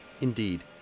Indeed